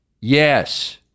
Yes